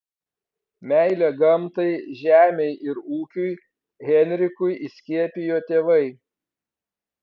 meilę gamtai žemei ir ūkiui henrikui įskiepijo tėvai